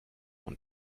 von